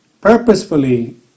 purposefully